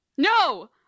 No